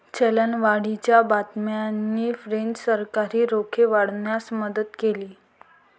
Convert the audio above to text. चलनवाढीच्या बातम्यांनी फ्रेंच सरकारी रोखे वाढवण्यास मदत केली